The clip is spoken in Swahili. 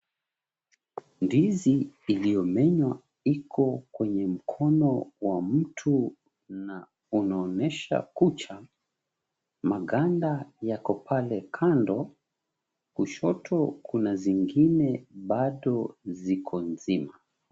Ndizi iliyomenywa iko kwenye mkono wa mtu na unaonyesha kucha, maganda yako pale kando. Kushoto kuna zingine bado ziko nzima.